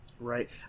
Right